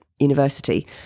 University